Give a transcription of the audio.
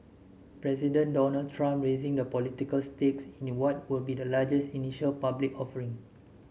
President Donald Trump raising the political stakes in what would be the largest initial public offering